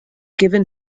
given